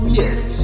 yes